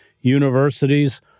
universities